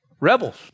Rebels